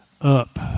up